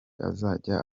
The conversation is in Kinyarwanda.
azajya